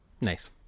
Nice